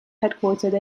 headquartered